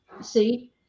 See